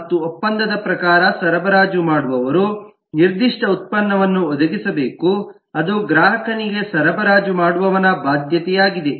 ಮತ್ತು ಒಪ್ಪಂದದ ಪ್ರಕಾರ ಸರಬರಾಜು ಮಾಡುವವರು ನಿರ್ದಿಷ್ಟ ಉತ್ಪನ್ನವನ್ನು ಒದಗಿಸಬೇಕು ಅದು ಗ್ರಾಹಕನಿಗೆ ಸರಬರಾಜು ಮಾಡುವವನ ಬಾಧ್ಯತೆಯಾಗಿದೆ